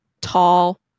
tall